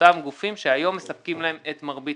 באותם גופים שהיום מספקים להם את מרבית